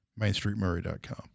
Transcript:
MainStreetMurray.com